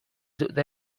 dute